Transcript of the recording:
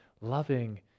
loving